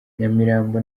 nyamirambo